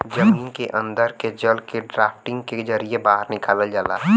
जमीन के अन्दर के जल के ड्राफ्टिंग के जरिये बाहर निकाल जाला